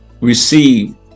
receive